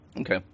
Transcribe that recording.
Okay